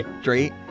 straight